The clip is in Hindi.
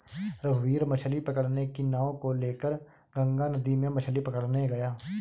रघुवीर मछ्ली पकड़ने की नाव को लेकर गंगा नदी में मछ्ली पकड़ने गया